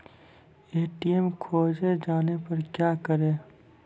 ATM खोजे जाने पर क्या करें?